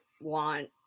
want